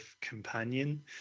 companion